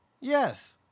Yes